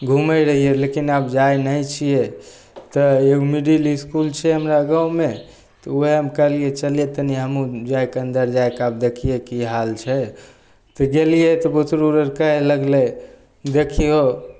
घुमै रहिए लेकिन आब जाइ नहि छिए तऽ एगो मिडिल इसकुल छै हमरा गाममे तऽ वएहमे कहलिए चलै तनि हमहूँ जाके अन्दर जाके आब देखिए कि हाल छै तऽ गेलिए तऽ बुतरू आर कहै लागलै देखिऔ